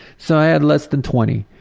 so i had less than twenty.